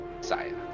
Saya